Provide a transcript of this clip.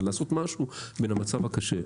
אבל לעשות משהו עם המצב הקשה.